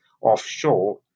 offshore